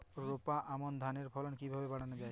রোপা আমন ধানের ফলন কিভাবে বাড়ানো যায়?